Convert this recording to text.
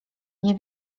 nie